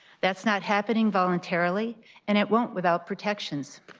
that's not happening voluntarily and it won't without projections.